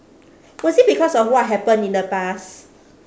was it because of what happened in the past